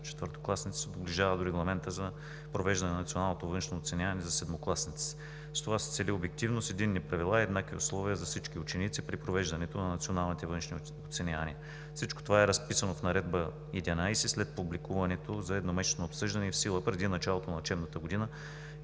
четвъртокласниците се доближава до регламента за провеждане на националното външно оценяване за седмокласниците. С това се цели обективност, единни правила и еднакви условия за всички ученици при провеждането на националните външни оценявания. Всичко това е разписано в Наредба № 11 след публикуването за едномесечно обсъждане и в сила преди началото на учебната година